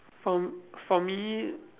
from for me